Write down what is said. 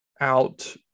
out